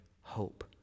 hope